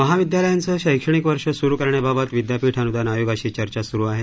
महाविद्यांलयांचं शैक्षणिक वर्ष सुरू करण्याबाबत विद्यापीठ अनुदान आयोगाशी चर्चा सुरू आहे